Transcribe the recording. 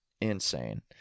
insane